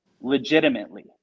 legitimately